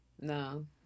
No